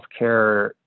healthcare